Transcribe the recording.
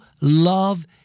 love